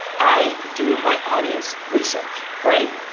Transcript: i do my audience research, right?